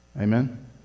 amen